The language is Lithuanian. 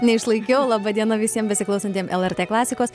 neišlaikiau laba diena visiem besiklausantiem lrt klasikos